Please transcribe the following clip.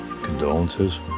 Condolences